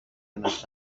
ένας